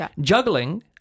Juggling